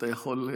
אתה יכול,